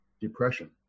depression